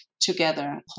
together